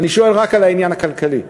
אני שואל רק על העניין הכלכלי.